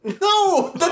No